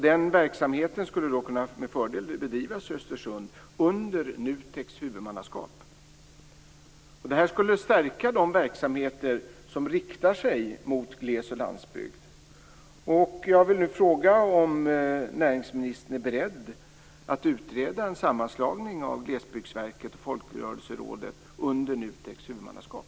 Den verksamheten skulle med fördel kunna bedrivas i Östersund under NUTEK:s huvudmannaskap. Det skulle stärka de verksamheter som riktar sig mot gles och landsbygd. Jag vill fråga om näringsministern är beredd att utreda en sammanslagning av Glesbygdsverket, Folkrörelserådet under NUTEK:s huvudmannaskap.